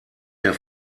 der